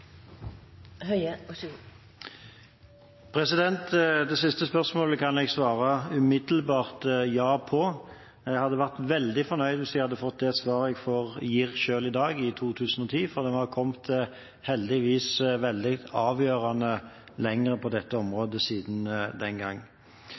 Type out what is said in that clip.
Det siste spørsmålet kan jeg svare umiddelbart ja på. Jeg hadde vært veldig fornøyd hvis jeg i 2010 hadde fått det svaret jeg selv gir i dag, for en har kommet, heldigvis, avgjørende lenger på dette